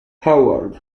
howard